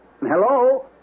Hello